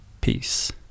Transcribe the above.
Peace